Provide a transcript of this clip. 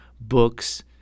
books